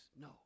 No